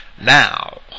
Now